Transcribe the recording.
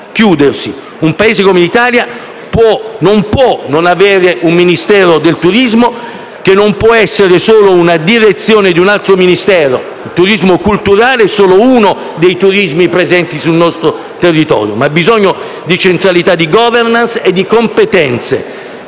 Un Paese come l'Italia non può non avere un Ministero del turismo, che non può essere solo una direzione di un altro Ministero. Il turismo culturale è solo uno dei turismi presenti sul nostro territorio, ma ha bisogno di centralità di *governance* e di competenze,